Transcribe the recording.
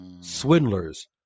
swindlers